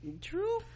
true